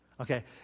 Okay